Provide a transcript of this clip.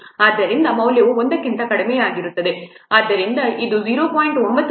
ಆದ್ದರಿಂದ ಮೌಲ್ಯವು 1 ಕ್ಕಿಂತ ಕಡಿಮೆಯಿರುತ್ತದೆ ಆಗಿರುತ್ತದೆ ಆದ್ದರಿಂದ ಇದು 0